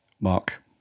Mark